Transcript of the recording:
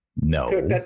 No